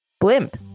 Blimp